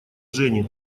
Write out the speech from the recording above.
жени